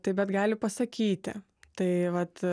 taip bet gali pasakyti tai vat